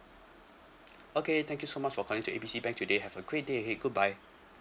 okay thank you so much for calling to A B C bank today have a great day ahead goodbye